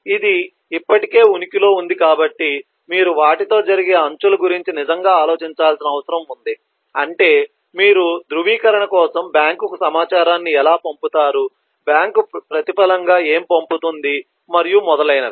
ఇది ఇప్పటికే ఉనికిలో ఉంది కాబట్టి మీరు వాటితో జరిగే అంచుల గురించి నిజంగా ఆలోచించాల్సిన అవసరం ఉంది అంటే మీరు ధృవీకరణ కోసం బ్యాంకుకు సమాచారాన్ని ఎలా పంపుతారు బ్యాంక్ ప్రతిఫలంగా ఏమి పంపుతుంది మరియు మొదలైనవి